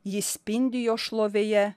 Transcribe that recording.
ji spindi jo šlovėje